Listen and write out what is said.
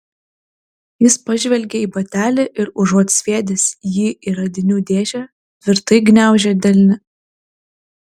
jis pažvelgė į batelį ir užuot sviedęs jį į radinių dėžę tvirtai gniaužė delne